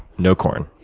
no corn,